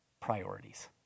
priorities